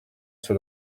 sur